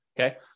Okay